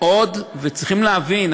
וצריכים להבין,